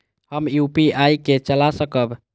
हम यू.पी.आई के चला सकब?